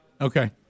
Okay